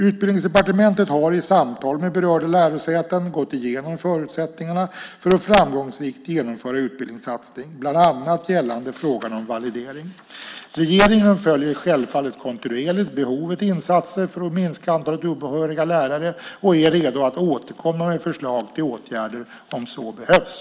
Utbildningsdepartementet har i samtal med berörda lärosäten gått igenom förutsättningarna för att framgångsrikt genomföra utbildningssatsningen, bland annat gällande frågan om validering. Regeringen följer självfallet kontinuerligt behovet av insatser för att minska antalet obehöriga lärare och är redo att återkomma med förslag till åtgärder om så behövs.